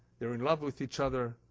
they're in love with each other.